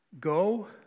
go